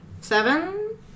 seven